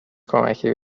کمکی